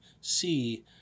see